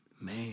man